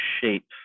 shape